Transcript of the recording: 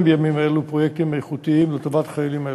בימים אלו פרויקטים איכותיים לטובת חיילים אלו.